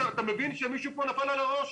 אתה מבין שמישהו כאן נפל על הראש?